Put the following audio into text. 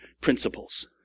principles